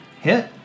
Hit